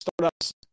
startups